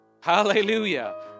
Hallelujah